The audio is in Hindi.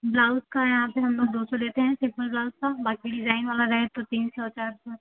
ब्लाउज का यहाँ पर हम लोग दो सौ लेते हैं सिंपल ब्लाउज का बाकी डिजाइन वाला रहे तो तीन सौ चार सौ